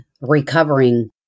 recovering